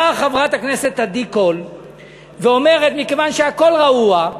באה חברת הכנסת עדי קול ואומרת: מכיוון שהכול רעוע,